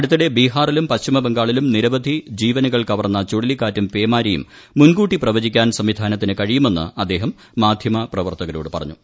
അടുത്തിടെ ബിഹാറിലും പശ്ചിമബംഗാളിലും നിരവധി ജീവനുകൾ കവർന്ന ചുഴലിക്കാറ്റും പേമാരിയും മുൻകൂട്ടി പ്രവചിക്കാൻ സംവിധാനത്തിന് കഴിയുമെന്ന് അദ്ദേഹം മാധ്യമ പ്രവർത്തകരോട് പറഞ്ഞു